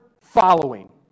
following